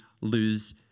lose